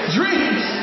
Dreams